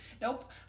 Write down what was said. Nope